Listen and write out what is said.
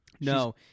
no